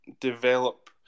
develop